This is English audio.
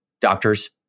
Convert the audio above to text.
Doctors